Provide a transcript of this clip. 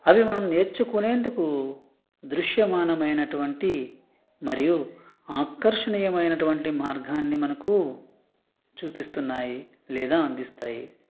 అవి మనం నేర్చుకునేందుకు దృశ్యమానమైనటువంటి మరియు ఆకర్షనీయమైనటువంటి మార్గాన్ని మనకు చూపిస్తున్నాయి లేదా అందిస్తాయి